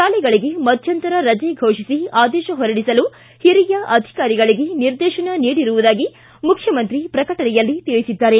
ಶಾಲೆಗಳಿಗೆ ಮಧ್ಯಂತರ ರಜೆ ಘೋಷಿಸಿ ಆದೇಶ ಹೊರಡಿಸಲು ಹಿರಿಯ ಅಧಿಕಾರಿಗಳಿಗೆ ನಿರ್ದೇಶನ ನೀಡಿರುವುದಾಗಿ ಮುಖ್ಯಮಂತ್ರಿ ಪ್ರಕಟಣೆಯಲ್ಲಿ ತಿಳಿಸಿದ್ದಾರೆ